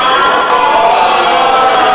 בעד עליזה לביא,